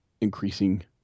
increasing